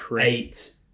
eight